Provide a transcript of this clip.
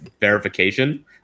verification